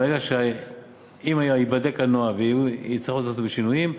אם ייבדק הנוהל ויצטרכו לעשות בו שינויים,